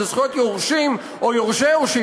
זה זכויות יורשים או יורשי היורשים,